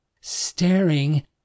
staring